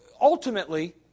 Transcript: ultimately